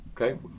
Okay